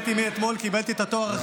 מי?